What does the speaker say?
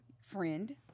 friend